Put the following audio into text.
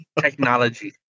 technology